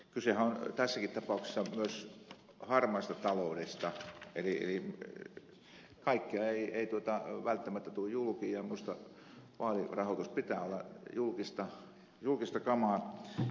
kysehän on tässäkin tapauksessa myös harmaasta taloudesta eli kaikki ei välttämättä tule julki ja minusta vaalirahoituksen pitää olla julkista kamaa